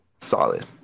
Solid